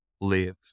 live